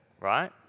Right